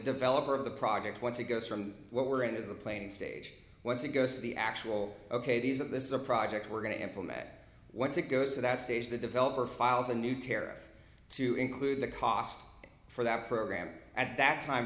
developer of the project once it goes from what we're in is the planing stage once it goes to the actual ok these are this is a project we're going to implement at once it goes to that stage the developer files a new tear to include the cost for that program at that time